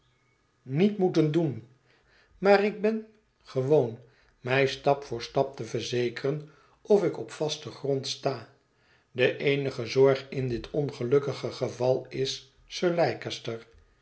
niet moeten doen maar ik ben gewoon mij stap voor stap te verzekeren of ik op vasten grond ga de eenige zorg in dit ongelukkige geval is sir